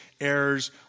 errors